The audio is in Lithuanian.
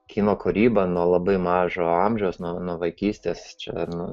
kino kūryba nuo labai mažo amžiaus nuo vaikystės čia nu